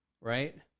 right